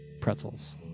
pretzels